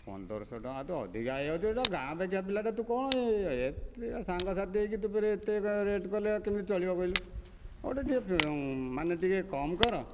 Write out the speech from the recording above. ପନ୍ଦରଶହ ଟଙ୍କା ତୁ ଅଧିକା ହୋଇଯାଉଛି ତୁ ଗାଁ ପାଖିଆ ପିଲାଟା ତୁ କ'ଣ ଏତେ ସାଙ୍ଗସାଥି ହୋଇକି ତୁ ଫେରେ ଏତେ ରେଟ୍ କଲେ କେମିତି ଚଳିବ କହିଲୁ ଗୋଟିଏ ଟିକିଏ ମାନେ ଟିକିଏ କମ କର